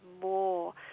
more